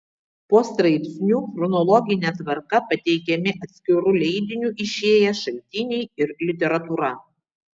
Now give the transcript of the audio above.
po straipsniu chronologine tvarka pateikiami atskiru leidiniu išėję šaltiniai ir literatūra